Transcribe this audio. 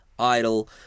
Idol